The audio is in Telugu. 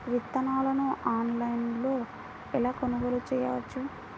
విత్తనాలను ఆన్లైనులో ఎలా కొనుగోలు చేయవచ్చు?